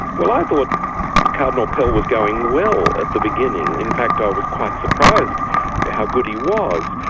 well i thought cardinal pell was going well at the beginning. in fact, i was quite surprised how good he was,